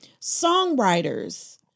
songwriters